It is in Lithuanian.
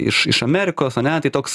iš iš amerikos ane tai toks